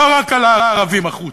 לא רק על ה"ערבים החוצה",